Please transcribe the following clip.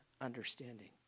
understanding